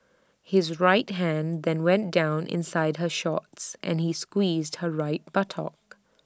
his right hand then went down inside her shorts and he squeezed her right buttock